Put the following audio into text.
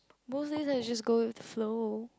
mostly just go with the flow